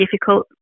difficult